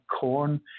corn